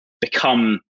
become